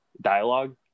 dialogue